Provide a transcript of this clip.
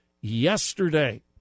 yesterday